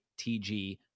TG